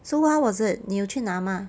so how was it 你有去拿吗